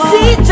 See